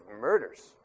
murders